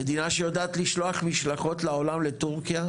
מדינה שיודעת לשלוח משלחות לעולם לטורקיה,